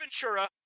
Ventura